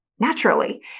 Naturally